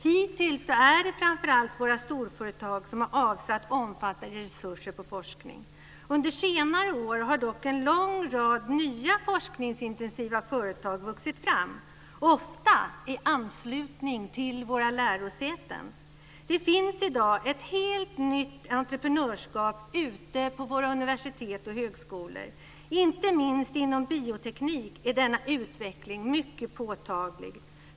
Hittills är det framför allt våra storföretag som har avsatt omfattande resurser för forskning. Under senare år har dock en lång rad nya forskningsintensiva företag vuxit fram, ofta i anslutning till våra lärosäten. Det finns i dag ett helt nytt entreprenörskap ute på våra universitet och högskolor. Inte minst inom bioteknik är denna utveckling mycket påtaglig.